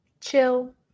chill